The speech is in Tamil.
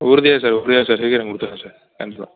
உறுதியாக சார் உறுதியாக சார் சீக்கிரம் குடுத்துடுறன் சார் கண்டிப்பாக